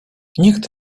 nikt